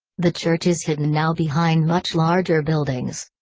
the church is hidden now behind much larger buildings.